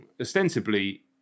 ostensibly